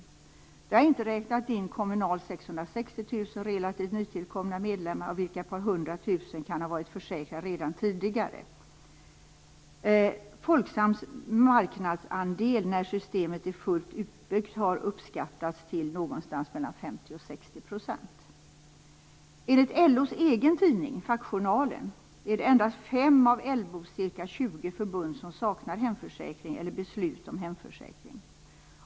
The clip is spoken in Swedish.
Då har jag inte räknat in Kommunals 660 000 relativt nytillkomna medlemmar av vilka ett par hundra tusen kan ha varit försäkrade redan tidigare. Folksams marknadsandel när systemet är fullt utbyggt har uppskattats till någonstans mellan 50 % och 60 %. Enligt LO:s egen tidning Fackjournalen är det endast 5 av LO:s ca 20 förbund som saknar hemförsäkring eller beslut om hemförsäkring.